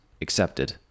accepted